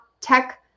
tech